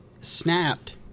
snapped